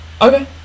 Okay